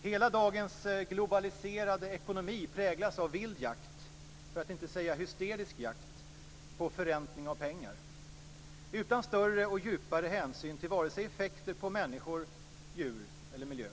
Hela den globaliserade ekonomin av i dag präglas av vild för att inte säga hysterisk jakt på förräntning av pengar, utan större och djupare hänsyn till effekter på vare sig människor, djur eller miljö.